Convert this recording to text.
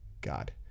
God